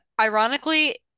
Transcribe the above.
Ironically